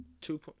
Two